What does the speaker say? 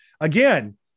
Again